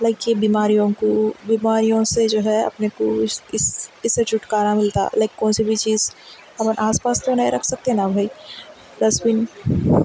like یہ بیماریوں کو بیماریوں سے جو ہے اپنے کو اس اس اس سے چھٹکارہ ملتا لائک کون سی بھی چیز اپن آس پاس تو نہیں رکھ سکتے نا بھائی ڈسبن